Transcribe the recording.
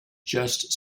just